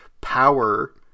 power